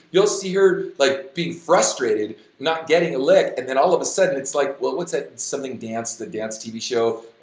you'll see her like being frustrated not getting a lick and then all of a sudden, it's like what's that something dance, the dance tv show,